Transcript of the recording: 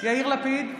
יאיר לפיד,